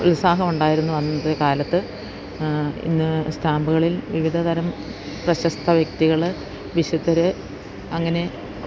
ഉത്സാഹം ഉണ്ടായിരുന്നു അന്നത്തെ കാലത്ത് ഇന്ന് സ്റ്റാമ്പുകളിൽ വിവിധ തരം പ്രശസ്ത വ്യക്തികൾ വിശുദ്ധരെ അങ്ങനെ